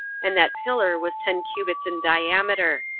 and that pillar was ten cubits in diameter.